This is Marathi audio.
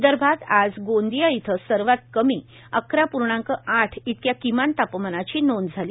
विदर्भात आज गोंदिया इथं सर्वात कमी अकरा पूर्णांक आठ इतक्या किमान तापमानाची नोंद झाली